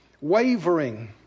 wavering